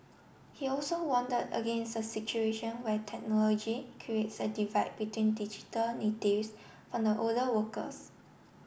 he also against a situation where technology creates a divide between digital natives from the older workers